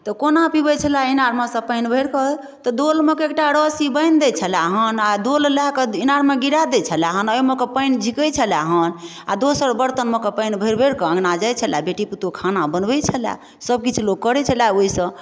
तऽ कोना पिबैत छलऽ ईनारमेसँ पानि भरि कऽ तऽ डोलमे कऽ एकटा रस्सी बान्हि दै छलऽ हन आ डोल लए कऽ ईनारमे गिरा दै छलऽ हन ओहिमे कऽ पानि झिकैत छलै हन आ दोसर बर्तनमे कऽ पानि भरि भरि कऽ अँगना जाय छला बेटी पुतौहु खाना बनबैटी छलै सबकिछु लोक करैत छलै ओहिसँ